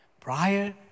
prior